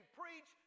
preach